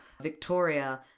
Victoria